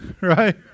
right